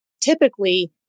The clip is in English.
typically